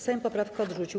Sejm poprawkę odrzucił.